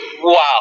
wow